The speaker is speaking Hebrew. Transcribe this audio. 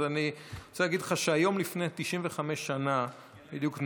אז אני רוצה להגיד לך שהיום לפני 95 שנה בדיוק,